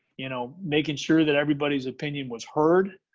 you know making sure that everybody's opinion was heard.